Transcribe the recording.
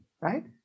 Right